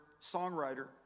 songwriter